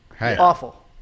awful